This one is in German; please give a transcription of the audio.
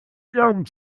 ihrem